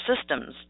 systems